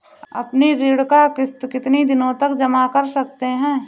अपनी ऋण का किश्त कितनी दिनों तक जमा कर सकते हैं?